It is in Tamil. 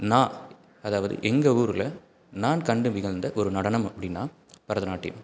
நான் அதாவது எங்கள் ஊரில் நான் கண்டு வியழ்ந்த ஒரு நடனம் அப்படின்னா பரதநாட்டியம்